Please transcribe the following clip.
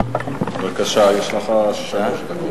בבקשה, יש לך שלוש דקות.